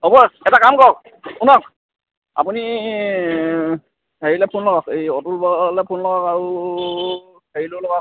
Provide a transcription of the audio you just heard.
হ'ব এটা কাম কৰক শুনক আপুনি হেৰিলৈ ফোন লগাওক এই অতুললৈ ফোন লগাওক আৰু হেৰিলৈয়ো লগাওক